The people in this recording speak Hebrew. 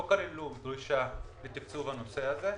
הם לא כללו דרישה לתקצוב הנושא הזה.